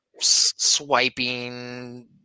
swiping